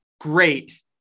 great